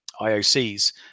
IOCs